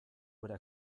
would